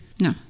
No